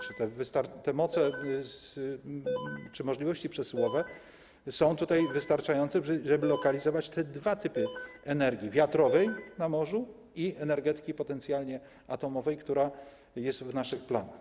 Czy moce, czy możliwości przesyłowe są wystarczające, żeby lokalizować dwa typy energii: wiatrowej na morzu i energetyki potencjalnie atomowej, która jest w naszych planach?